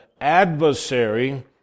adversary